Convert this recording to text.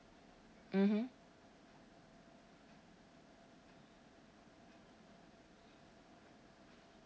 mmhmm